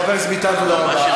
חבר הכנסת ביטן, תודה רבה.